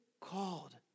called